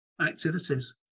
activities